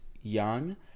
young